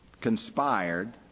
conspired